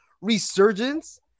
resurgence